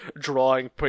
drawing